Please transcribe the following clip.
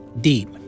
deep